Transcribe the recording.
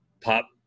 pop